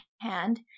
hand